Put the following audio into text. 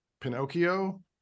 Pinocchio